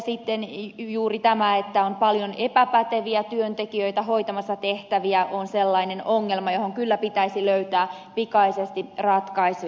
sitten juuri tämä että on paljon epäpäteviä työntekijöitä hoitamassa tehtäviä on sellainen ongelma johon kyllä pitäisi löytää pikaisesti ratkaisuja